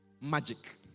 magic